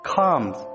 comes